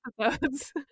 episodes